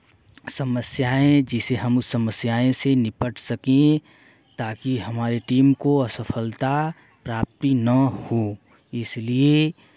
समस्याएं जिसे हम उस समस्याएं से निपट सकें ताकि हमारे टीम को असफलता प्राप्ति ना हो इसलिए